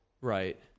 right